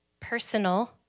personal